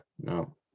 No